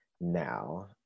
now